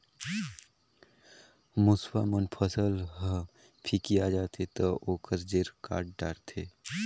मूसवा मन फसल ह फिकिया जाथे त ओखर जेर काट डारथे